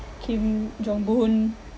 kim jong boon